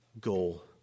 goal